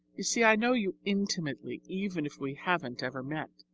you see i know you intimately, even if we haven't ever met!